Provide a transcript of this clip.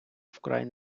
вкрай